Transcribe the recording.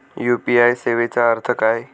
UPI सेवेचा अर्थ काय?